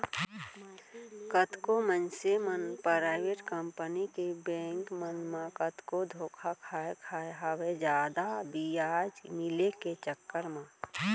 कतको मनसे मन पराइबेट कंपनी के बेंक मन म कतको धोखा खाय खाय हवय जादा बियाज मिले के चक्कर म